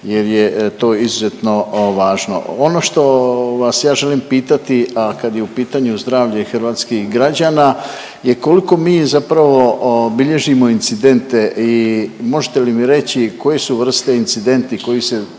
jer je to izuzetno važno. Ono što vas ja želim pitati, a kad je u pitanju zdravlje hrvatskih građana je koliko mi zapravo bilježimo incidente i možete li mi reći koje su vrste incidenti koji se